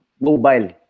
mobile